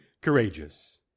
courageous